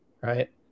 right